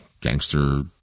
gangster